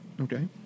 Okay